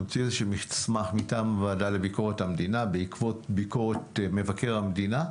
נוציא מסמך מטעם הוועדה לביקורת המדינה בעקבות ביקורת מבקר המדינה.